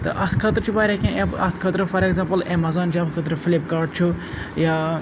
تہٕ اَتھ خٲطرٕ چھِ واریاہ کیٚنٛہہ ایپ اَتھ خٲطرٕ فار ایٚگزامپٕل ایٚمیزان چھِ اَمہِ خٲطرٕ فِلِپ کارٹ چھُ یا